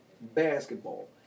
basketball